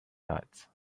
yards